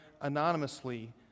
anonymously